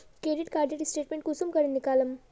Credit कार्डेर statement कुंसम करे निकलाम?